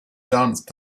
danced